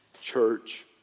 church